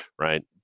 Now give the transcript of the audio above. right